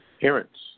parents